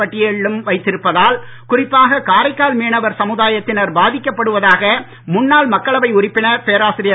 பட்டியலிலும் வைத்திருப்பதால் குறிப்பாக காரைக்கால் மீனவர் சமுதாயத்தினர் பாதிக்கப்படுவதாக முன்னாள் மக்களவை உறுப்பினர் பேராசிரியர்